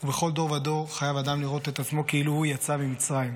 בכל דור ודור חייב אדם לראות את עצמו כאילו הוא יצא ממצרים.